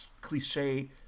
cliche